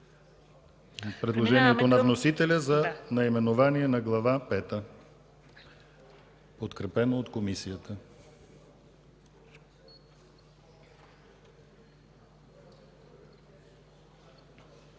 предложението на вносителя за наименование на Глава пета, подкрепено от Комисията.